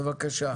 בבקשה.